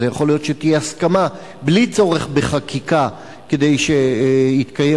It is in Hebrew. יכול להיות שתהיה הסכמה בלי צורך בחקיקה כדי שיתקיים